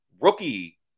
rookie